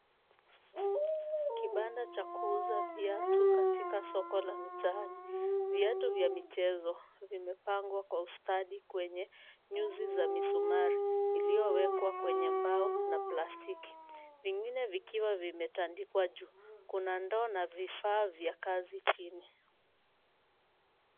Kibanda cha kuuza viatu katika soko la mitaani. Viatu vya michezo vimepangwa kwa ustadi kwenye nyuzi za misumari iliyowekwa kwenye mbao na plastiki, vingine vikiwa vimetandikwa juu. Kuna ndoo na vifaa vya kazi chini.